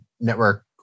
network